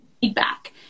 feedback